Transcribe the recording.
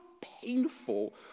painful